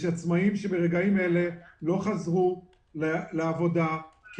יש עצמאיים שברגעים אלה לא חזרו לעבודה כי